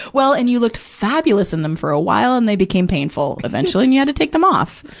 well, and you looked fabulous in them for a while, and they became painful eventually, and you had to take them off.